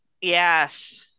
Yes